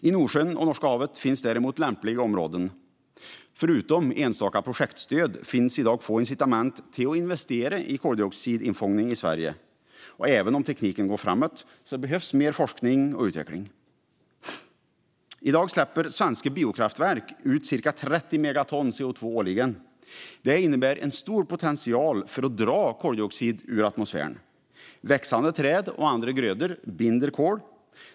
I Nordsjön och Norska havet finns däremot lämpliga områden. Förutom enstaka projektstöd finns det i dag få incitament till att investera i koldioxidinfångning i Sverige. Aven om tekniken går framåt behövs mer forskning och utveckling. I dag släpper svenska biokraftverk ut cirka 30 megaton CO2 årligen. Det innebär en stor potential för att dra koldioxid ur atmosfären. Växande träd och andra grödor binder kol.